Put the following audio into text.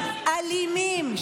אלימים,